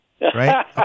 right